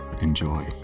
enjoy